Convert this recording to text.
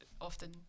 often